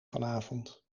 vanavond